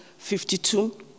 52